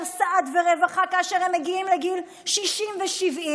סעד ורווחה כאשר הם מגיעים לגיל 60 ו-70,